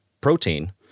protein